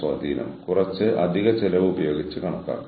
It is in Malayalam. കാര്യക്ഷമത ഉൽപ്പാദനക്ഷമതയുമായി ബന്ധപ്പെട്ടിരിക്കുന്നു